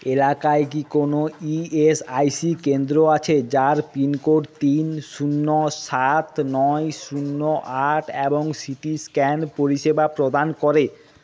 এলাকায় কি কোনও ইএসআইসি কেন্দ্র আছে যার পিনকোড তিন শূন্য সাত নয় শূন্য আট এবং সিটি স্ক্যান পরিষেবা প্রদান করে